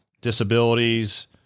disabilities